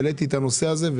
העליתי את הנושא הזה,